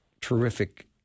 terrific